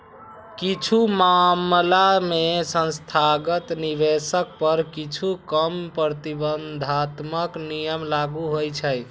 किछु मामला मे संस्थागत निवेशक पर किछु कम प्रतिबंधात्मक नियम लागू होइ छै